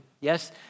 Yes